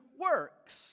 works